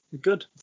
good